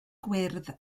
gwyrdd